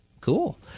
Cool